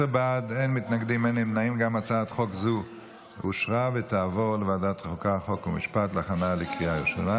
התשפ"ג 2023, לוועדת החוקה, חוק ומשפט נתקבלה.